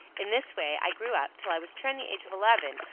in this way i grew up till i was turned the age of eleven,